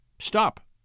Stop